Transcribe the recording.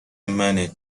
منه